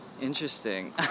interesting